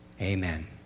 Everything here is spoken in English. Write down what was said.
Amen